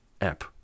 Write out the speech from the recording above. app